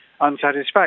unsatisfactory